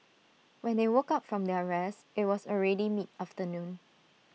when they woke up from their rest IT was already mid afternoon